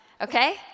Okay